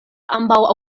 ambaŭ